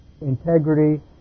integrity